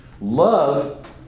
Love